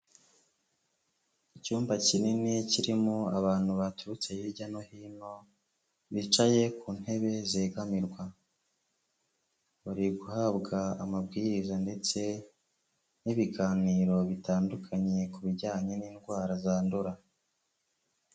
Icyumba kinini kirimo abantu baturutse hirya no hino bicaye ku ntebe zegamirwa. Bariguhabwa amabwiriza ndetse n'ibiganiro bitandukanye ku bijyanye n'indwara zandura.